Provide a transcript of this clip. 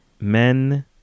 men